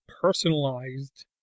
personalized